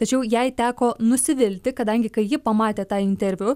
tačiau jai teko nusivilti kadangi kai ji pamatė tą interviu